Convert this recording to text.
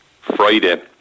Friday